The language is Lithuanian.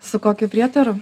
su kokiu prietaru